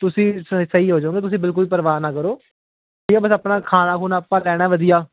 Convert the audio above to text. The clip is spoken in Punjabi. ਤੁਸੀਂ ਸਹੀ ਹੋ ਜਾਓਗੇ ਤੁਸੀਂ ਬਿਲਕੁਲ ਪ੍ਰਵਾਹ ਨਾ ਕਰੋ ਤੁਸੀਂ ਬਸ ਆਪਣਾ ਖਾਣਾ ਖੁਣਾ ਆਪਾਂ ਲੈਣਾ ਵਧੀਆ